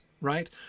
right